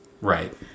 Right